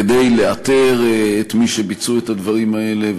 כדי לאתר את מי שביצעו את הדברים האלה,